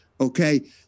Okay